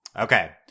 Okay